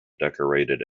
decorated